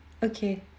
okay